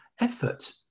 effort